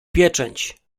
pieczęć